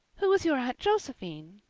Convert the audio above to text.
who is your aunt josephine?